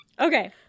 Okay